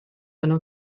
yno